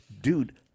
dude